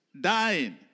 dying